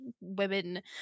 women